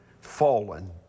fallen